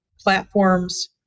platforms